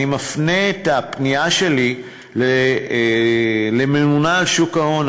אני מפנה את הפנייה שלי לממונה על שוק ההון,